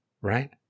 Right